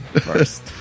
first